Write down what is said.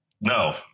No